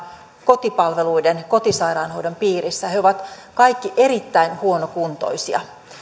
kotipalveluiden kotisairaanhoidon piirissä he ovat kaikki erittäin huonokuntoisia